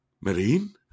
Marine